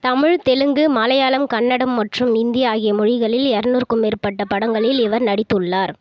தமிழ் தெலுங்கு மலையாளம் கன்னடம் மற்றும் இந்தி ஆகிய மொழிகளில் இரநூறுக்கும் மேற்பட்ட படங்களில் இவர் நடித்துள்ளார்